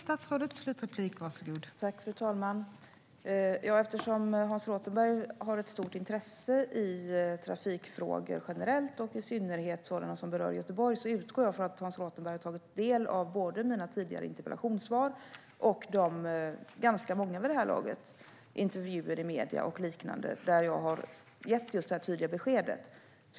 Fru talman! Eftersom Hans Rothenberg har ett stort intresse för trafikfrågor generellt och i synnerhet sådana som berör Göteborg utgår jag från att han har tagit del av både mina tidigare interpellationssvar och de, ganska många vid de här laget, intervjuer i medierna där jag har gett just det här tydliga beskedet.